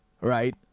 right